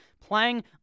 playing